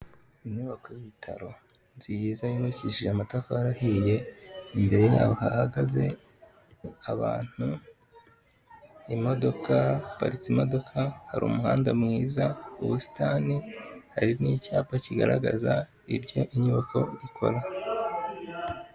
Inyubako y'ibitaro nziza yubakishije amatafari ahiye, imbere yaho hahagaze abantu, imodoka, haparitse imodoka, hari umuhanda mwiza, ubusitani, hari n'cyapa kigaragaza ibyo inyubako ikora.